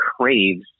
craves